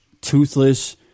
Toothless